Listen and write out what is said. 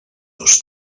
dos